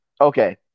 Okay